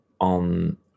on